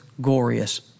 glorious